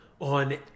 on